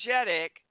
energetic